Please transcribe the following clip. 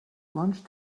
lunch